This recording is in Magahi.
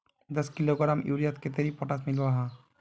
दस किलोग्राम यूरियात कतेरी पोटास मिला हाँ?